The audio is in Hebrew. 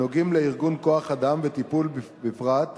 הקשורים לארגון כוח-אדם וטיפול בפרט,